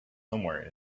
somewhere